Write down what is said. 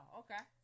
okay